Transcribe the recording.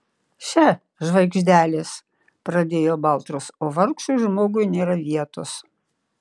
še žvaigždelės pradėjo baltrus o vargšui žmogui nėra vietos